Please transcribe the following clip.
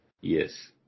Yes